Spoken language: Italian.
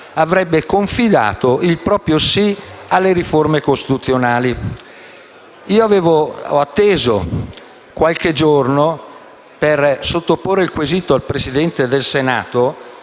avrebbe confidato il proprio sì alle riforme costituzionali. Io ho atteso qualche giorno per sottoporre il quesito al Presidente del Senato,